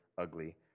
ugly